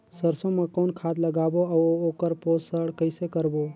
सरसो मा कौन खाद लगाबो अउ ओकर पोषण कइसे करबो?